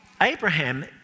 Abraham